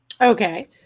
Okay